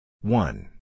one